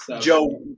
Joe